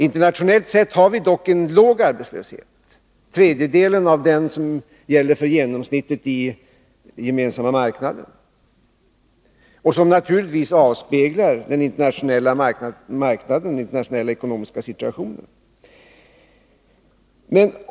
Internationellt sett har vi dock en låg arbetslöshet, en tredjedel av den som gäller för genomsnittet i den gemensamma marknaden, som naturligtvis avspeglar den internationella marknaden och dess ekonomiska situation.